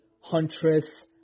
Huntress